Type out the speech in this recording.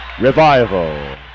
Revival